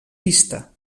pista